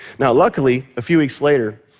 now, luckily, a few weeks later,